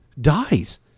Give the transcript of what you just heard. dies